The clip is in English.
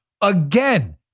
again